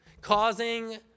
causing